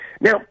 Now